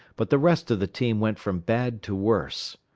but the rest of the team went from bad to worse.